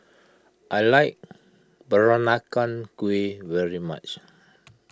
I like Peranakan Kueh very much